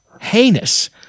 heinous